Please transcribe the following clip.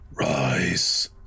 Rise